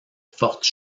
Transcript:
fortes